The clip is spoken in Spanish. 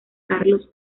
carlos